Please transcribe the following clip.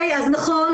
אז נכון,